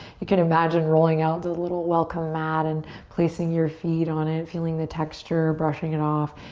you can imagine rolling out a little welcome mat and placing your feet on it, feeling the texture, brushing it off.